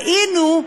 היינו,